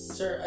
Sir